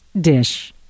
dish